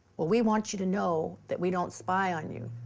we want you to know that we don't spy on you,